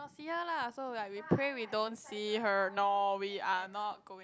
ya lah so like we pray we don't see her no we are not going